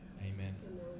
Amen